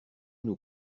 nous